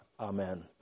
Amen